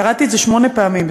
קראתי את זה שמונה פעמים,